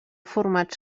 formats